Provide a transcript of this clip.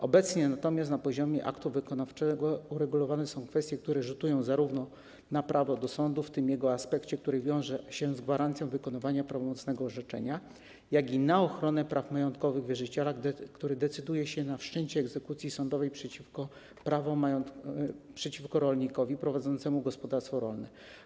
Obecnie natomiast na poziomie aktu wykonawczego uregulowane są kwestie, które rzutują zarówno na prawo do sądów - w tym jego aspekcie, który wiąże się z gwarancją wykonywania prawomocnego orzeczenia - jak i na ochronę praw majątkowych wierzyciela, który decyduje się na wszczęcie egzekucji sądowej przeciwko rolnikowi prowadzącemu gospodarstwo rolne.